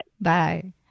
Bye